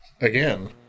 Again